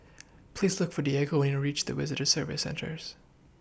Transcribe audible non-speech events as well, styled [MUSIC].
[NOISE] Please Look For Diego when YOU REACH The Visitor Services Centrals